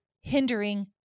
hindering